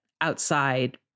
outside